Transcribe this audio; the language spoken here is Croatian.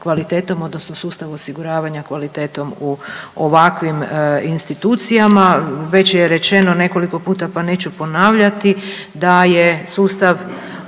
odnosno sustav osiguravanja kvalitetom u ovakvim institucijama. Već je rečeno nekoliko puta, pa neću ponavljati da je sustav